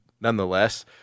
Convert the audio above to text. nonetheless